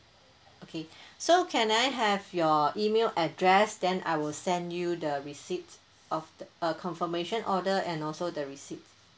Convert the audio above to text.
okay so can I have your email address then I will send you the receipt of uh confirmation order and also the receipt